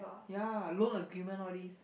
ya loan agreement all these